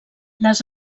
les